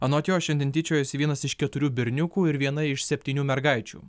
anot jo šiandien tyčiojasi vienas iš keturių berniukų ir viena iš septynių mergaičių